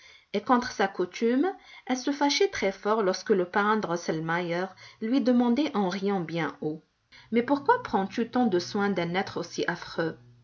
et contre sa coutume elle se fâchait très-fort lorsque le parrain drosselmeier lui demandait en riant bien haut mais pourquoi prends-tu tant de soin d'un être aussi affreux